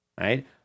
right